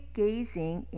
gazing